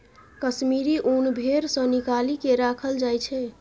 कश्मीरी ऊन भेड़ सँ निकालि केँ राखल जाइ छै